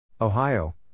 Ohio